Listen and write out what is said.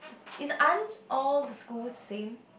is aren't all the school same